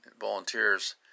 volunteers